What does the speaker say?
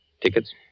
Tickets